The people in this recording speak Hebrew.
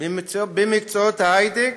במקצועות ההייטק,